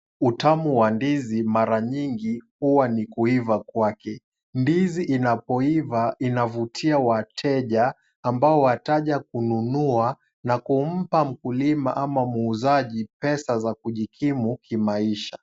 Utamu wa ndizi mara nyingi huwa ni kuiva kwake. Ndizi inapoiva inavutia wateja ambao wataja kununua na kumpa mkulima ama muuzaji pesa za kujikimu kimaisha.